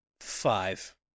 Five